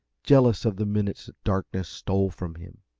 jealous of the minutes darkness stole from him.